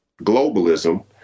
globalism